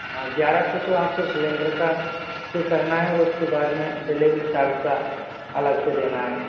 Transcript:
हाँ ग्यारह सौ तो आपको सिलिंडर का पे करना है और उसके बाद में डिलीवरी चार्ज का अलग से देना है